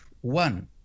one